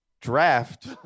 Draft